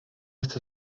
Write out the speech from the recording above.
chce